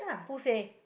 who say